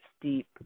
steep